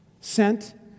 sent